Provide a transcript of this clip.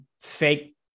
fake